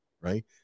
Right